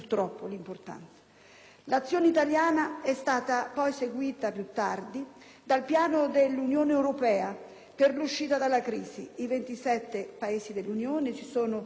L'azione italiana è stata poi seguita, più tardi, dal piano dell'Unione europea per l'uscita dalla crisi: i 27 Paesi dell'Unione si sono accordati